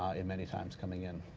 ah in many times coming in.